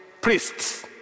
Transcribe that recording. priests